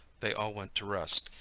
they all went to rest,